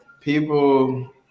people